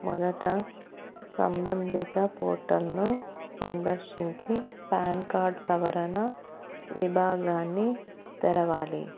మొదట సంబంధిత పోర్టల్ను సందర్శించి పాన్ కార్డ్ సవరణ విభాగాన్ని తెరవాలి